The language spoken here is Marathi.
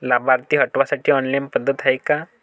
लाभार्थी हटवासाठी ऑनलाईन पद्धत हाय का?